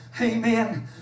amen